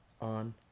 on